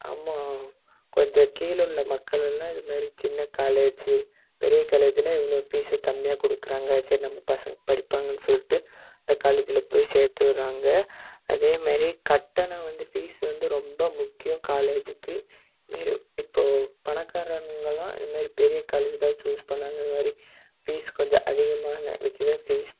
அம்மா கொஞ்சம் கீழே உள்ள மக்கள் எல்லாம் இது மாரி சின்ன காலேஜ்ஜு பெரிய காலேஜில் இவ்வளோ ஃபீஸு கம்மியாக கொடுக்குறாங்க சரி நம்ம பசங்கள் படிப்பாங்கன்னு சொல்லிட்டு அந்த காலேஜில் போய் சேர்த்து விட்றாங்க அதே மாரி கட்டணம் வந்து ஃபீஸு வந்து ரொம்ப முக்கியம் காலேஜுக்கு மே இப்போது பணக்காரங்களெலாம் இது மாரி பெரிய காலேஜை தான் சூஸ் பண்ணிணாங்க இது மாதிரி ஃபீஸ் கொஞ்சம் அதிகமாக வைக்கிற ஃபீஸ்